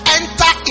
enter